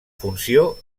funció